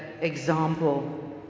example